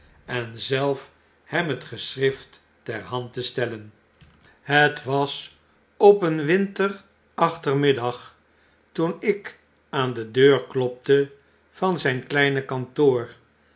en zelf hem het geschrift ter hand te stellen het was op een winter achtermiddag toen ik aan de deur klopte van zyn kleine kantoor